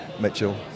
Mitchell